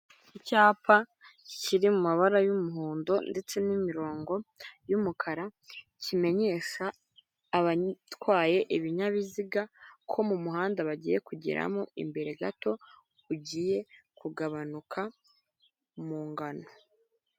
Icyapa kiri mu mabara y'umuhondo ndetse n'imirongo y'umukara, kimenyesha abatwaye ibinyabiziga ko mu muhanda bagiye kugeramo imbere gato ugiye kugabanuka mu ngano.